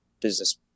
business